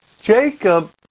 Jacob